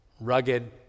rugged